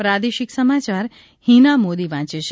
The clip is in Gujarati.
પ્રાદેશિક સમાચાર હીના મોદી વાંચે છે